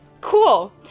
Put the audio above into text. Cool